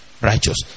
righteous